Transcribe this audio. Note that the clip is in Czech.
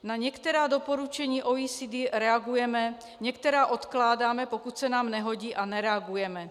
Na některá doporučení OECD reagujeme, některá odkládáme, pokud se nám nehodí, a nereagujeme.